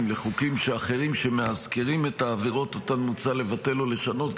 לחוקים אחרים שמאזכרים את העבירות אותן מוצע לבטל או לשנות,